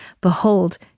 Behold